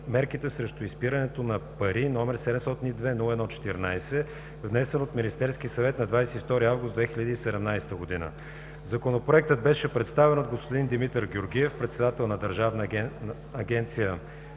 мерките срещу изпирането на пари, № 702-01-14, внесен от Министерския съвет на 22 август 2017 г. Законопроектът беше представен от господин Димитър Георгиев – председател на Държавна агенция